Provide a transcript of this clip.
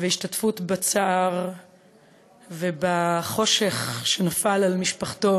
והשתתפות בצער ובחושך שנפל על משפחתו